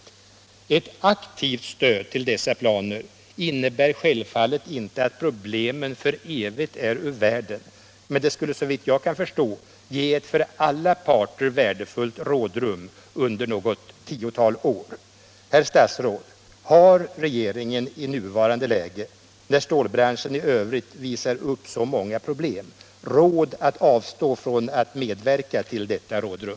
Ett aktivt stöd för dessa planer innebär självfallet inte att problemen är ur världen för evigt, men såvitt jag kan förstå skulle det ge ett för alla parter värdefullt rådrum under något tiotal år. Herr statsråd! Har regeringen i nuvarande läge, när stålbranschen i övrigt visar upp så många problem, råd att avstå från att medverka till detta rådrum?